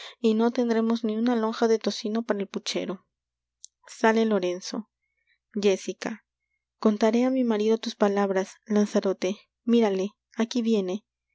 y no tendremos ni una lonja de tocino para el puchero sale lorenzo jéssica contaré á mi marido tus palabras lanzarote mírale aquí viene